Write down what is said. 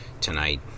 tonight